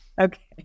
okay